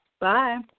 Bye